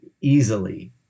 easily